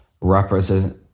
represent